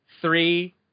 three